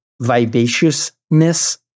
vivaciousness